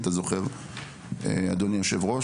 אני לא יודע אם אתה זוכר אדוני היושב ראש,